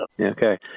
Okay